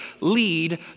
lead